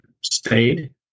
stayed